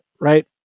Right